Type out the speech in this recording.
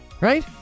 right